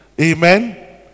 amen